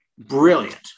brilliant